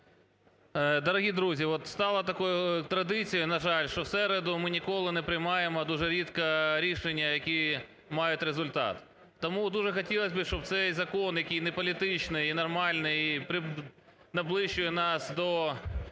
Дорогі друзі! Стало такою традицією, на жаль, що в середу ми ніколи не приймаємо, дуже рідко рішення, які мають результат. Тому дуже хотілось би, щоб цей закон, який не політичний і нормальний, і наближує нас до